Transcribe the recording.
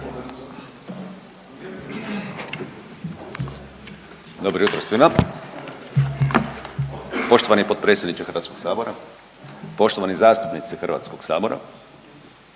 Dobro jutro svima. Poštovani potpredsjedniče Hrvatskog sabora, poštovani zastupnici Hrvatskog sabora,